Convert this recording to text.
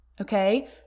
Okay